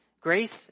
Grace